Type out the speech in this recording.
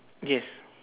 yes